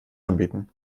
anbieten